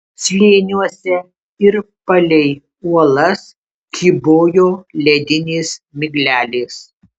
slėniuose ir palei uolas kybojo ledinės miglelės